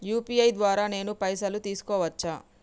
UPI ద్వారా నేను పైసలు తీసుకోవచ్చా?